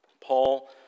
Paul